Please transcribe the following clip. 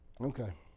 Okay